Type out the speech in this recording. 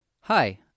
Hi